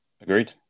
Agreed